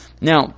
now